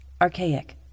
Archaic